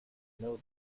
know